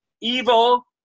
Evil